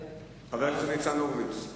חבר הכנסת ניצן הורוביץ.